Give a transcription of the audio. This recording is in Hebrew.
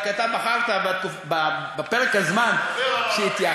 רק אתה בחרת בפרק הזמן שהתייחסתי,